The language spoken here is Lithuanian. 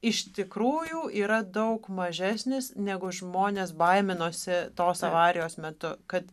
iš tikrųjų yra daug mažesnis negu žmonės baiminosi tos avarijos metu kad